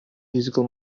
musical